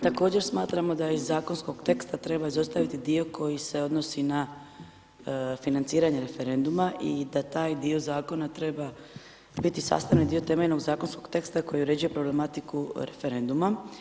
Također smatramo da iz zakonskog teksta treba izostaviti dio koji se odnosi na financiranje referenduma i da taj dio zakona treba biti sastavni dio temeljnog zakonskog teksta koji uređuje problematiku referenduma.